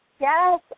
Yes